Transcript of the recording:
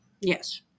Yes